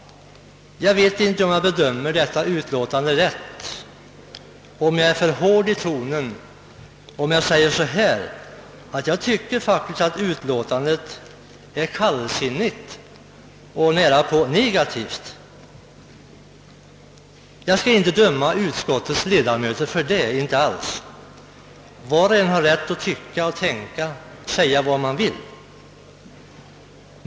Jag vet inte om jag bedömer detta utlåtande riktigt och om jag är för hård om jag säger att jag anser att utlåtandet verkar kallsinnigt och nästan negativt. Jag skall emellertid inte döma utskottets ledamöter härför; var och en har rätt att tycka, tänka och säga vad han vill.